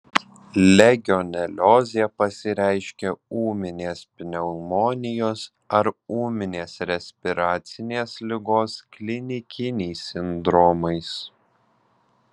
legioneliozė pasireiškia ūminės pneumonijos ar ūminės respiracinės ligos klinikiniais sindromais